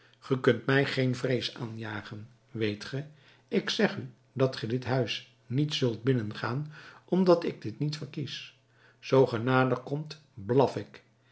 ge kunt mij geen vrees aanjagen weet ge ik zeg u dat ge dit huis niet zult binnengaan omdat ik dit niet verkies zoo ge nader komt blaf ik